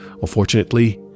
Unfortunately